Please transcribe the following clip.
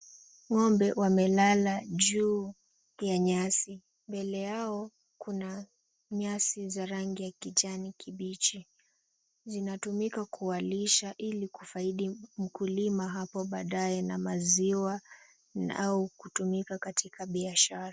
Ng'ombe wamelala juu ya nyasi. Mbele yao kuna nyasi za rangi ya kijani kibichi. Zinatumika kuwalisha ili kufaidi mkulima hapo baadaye na maziwa au kutumika katika biashara.